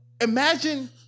imagine